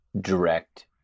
direct